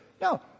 No